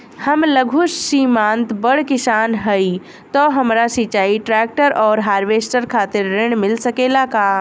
हम लघु सीमांत बड़ किसान हईं त हमरा सिंचाई ट्रेक्टर और हार्वेस्टर खातिर ऋण मिल सकेला का?